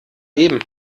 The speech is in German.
eben